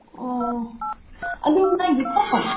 ꯑꯣ ꯑꯗꯨ ꯃꯥꯒꯤꯀꯣ